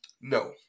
No